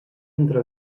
entre